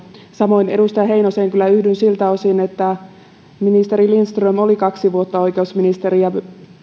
samoin edustaja heinoseen kyllä yhdyn siltä osin että ministeri lindström oli kaksi vuotta oikeusministeri ja